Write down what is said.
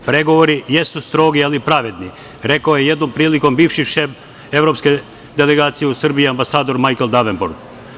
Pregovori jesu strogi ali pravedni, rekao je jednom prilikom bivši šef evropske delegacije u Srbiji, ambasador Majkl Devenport.